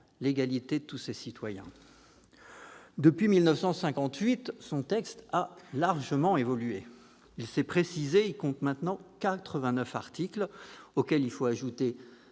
l'égalité de tous ses citoyens. Depuis 1958, son texte a largement évolué. Il s'est précisé et compte désormais 89 articles, auxquels s'ajoutent